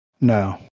No